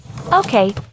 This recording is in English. Okay